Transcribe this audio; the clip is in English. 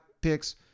picks